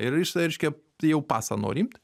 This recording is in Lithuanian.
ir jisai reiškia jau pasą nori imt